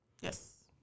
Yes